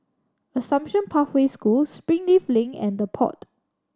Assumption Pathway School Springleaf Link and The Pod